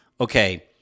okay